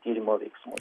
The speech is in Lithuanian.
tyrimo veiksmus